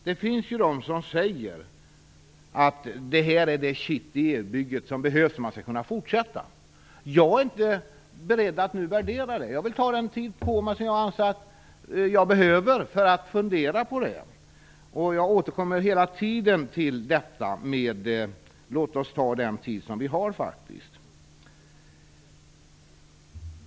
Det finns de som säger att det här är det kitt i EU-bygget som behövs för att man skall kunna fortsätta. Jag är inte beredd att nu värdera det. Jag vill ta den tid på mig som jag anser att jag behöver. Jag återkommer hela tiden till att vi skall ta den tid som vi har.